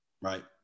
right